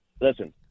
listen